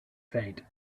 faint